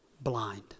blind